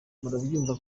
murabyumva